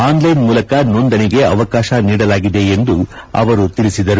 online ಮೂಲಕ ನೋಂದಣಿಗೆ ಅವಕಾಶ ನೀಡಲಾಗಿದೆ ಎಂದು ಅವರು ತಿಳಿಸಿದರು